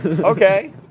Okay